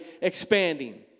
expanding